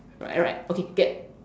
right right okay get